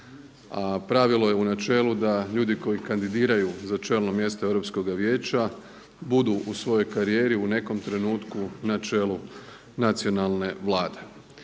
A pravilo je u načelu da ljudi koji kandidiraju za čelno mjesto Europskoga vijeća budu u svojoj karijeri u nekom trenutku na čelu nacionalne Vlade.